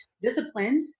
disciplined